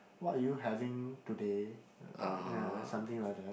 what are you having today uh ya something like that